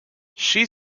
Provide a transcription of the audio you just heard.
she